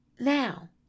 Now